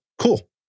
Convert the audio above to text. cool